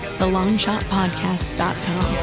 thelongshotpodcast.com